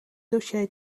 dossier